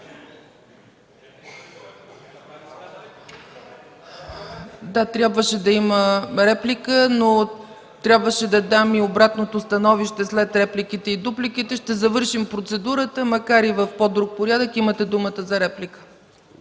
Да, трябваше да има реплика, но трябваше да дам и обратното становище. След репликите и дупликите ще завършим процедурата, макар и в по-друг порядък. Господин